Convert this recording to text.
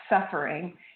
suffering